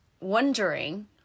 Wondering